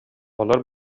оҕолор